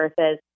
versus